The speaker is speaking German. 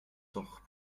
doch